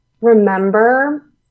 remember